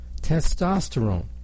testosterone